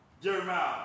Jeremiah